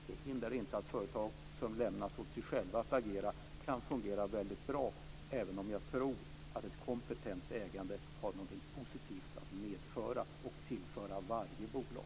Det hindrar inte att företag som lämnas åt sig själva att agera kan fungera väldigt bra, även om jag tror att ett kompetent ägande har någonting positivt att medföra och tillföra varje bolag.